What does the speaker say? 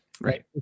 Right